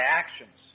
actions